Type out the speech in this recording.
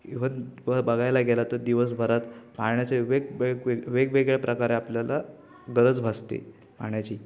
even प बघायला गेला तर दिवसभरात पाण्याचे वेग वेग वेगवेगळ्या प्रकारे आपल्याला गरज भासते पाण्याची